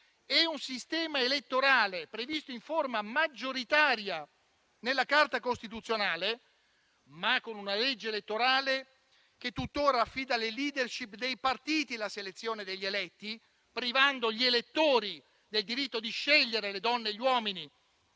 ed un sistema elettorale previsto in forma maggioritaria nella Carta costituzionale, ma con una legge elettorale che tuttora affida alla *leadership* dei partiti la selezione degli eletti, in tal modo privando gli elettori del diritto di scegliere le donne e gli uomini